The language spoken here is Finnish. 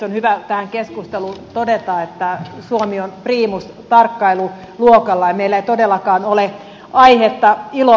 on hyvä tähän keskusteluun todeta että suomi on priimus tarkkailuluokalla ja meillä ei todellakaan ole aihetta iloon